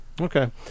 okay